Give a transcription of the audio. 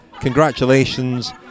congratulations